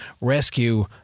rescue